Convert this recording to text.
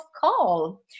call